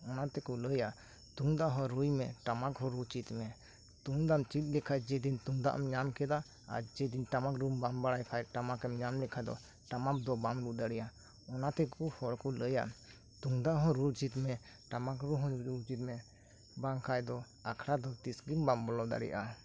ᱚᱱᱟᱛᱮᱠᱚ ᱞᱟᱹᱭᱟ ᱛᱩᱢᱫᱟᱜᱦᱚᱸ ᱨᱩᱭᱢᱮ ᱴᱟᱢᱟᱠ ᱦᱚᱸ ᱨᱩ ᱪᱮᱫᱽᱢᱮ ᱛᱩᱢᱫᱟᱜ ᱮᱢ ᱪᱮᱫ ᱞᱮᱠᱷᱟᱱ ᱡᱮᱫᱤᱱ ᱛᱩᱢᱫᱟᱜ ᱮᱢ ᱧᱟᱢᱠᱮᱫᱟ ᱟᱨ ᱡᱚᱫᱤ ᱴᱟᱢᱟᱠᱨᱩ ᱵᱟᱢ ᱵᱟᱲᱟᱭ ᱠᱷᱟᱱ ᱴᱟᱢᱟᱠᱮᱢ ᱧᱟᱢᱞᱮᱠᱷᱟᱱ ᱫᱚ ᱴᱟᱢᱟᱠ ᱫᱚ ᱵᱟᱢ ᱨᱩ ᱫᱟᱲᱮᱹᱭᱟᱜᱼᱟ ᱚᱱᱟᱛᱮᱠᱚ ᱦᱚᱲᱠᱚ ᱞᱟᱹᱭᱟ ᱛᱩᱢᱫᱟᱜᱦᱚᱸ ᱨᱩ ᱪᱮᱫᱽᱢᱮ ᱴᱟᱢᱟᱠ ᱨᱩ ᱦᱚᱸ ᱨᱩ ᱪᱮᱫᱽᱢᱮ ᱵᱟᱝᱠᱷᱟᱱ ᱫᱚ ᱟᱠᱷᱟᱲᱟᱫᱚ ᱛᱤᱥᱜᱮ ᱵᱟᱢ ᱵᱚᱞᱚ ᱫᱟᱲᱮᱹᱭᱟᱜᱼᱟ